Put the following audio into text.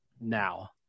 now